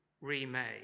remade